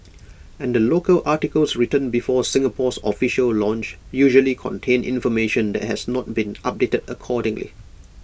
and the local articles written before Singapore's official launch usually contain information that has not been updated accordingly